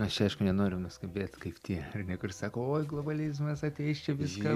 aš čia aišku nenoriu nuskambėt kaip tie ar ne kur sako oi globalizmas ateis čia viską